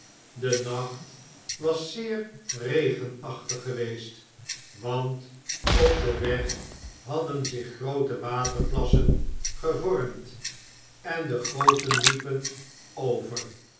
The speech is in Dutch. de nacht was zeer regenachtig geweest want op den weg hadden zich groote waterplassen gevormd en de goten liepen over